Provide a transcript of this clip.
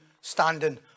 standing